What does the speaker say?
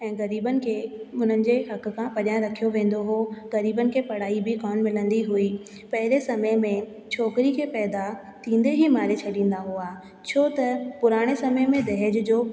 ऐं ग़रीबनि खे उन्हनि जे हक खां परियां रखियो वेंदो हो ग़रीबनि खे पढ़ाई बि कोन्ह मिलंदी हुई पहिरें समय में छोकिरी खे पैदा थींदे ई मारे छॾींदा हुआ छो त पुराणे समय में दहेज जो